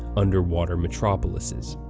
underwater metropolises.